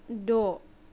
द'